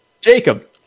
Jacob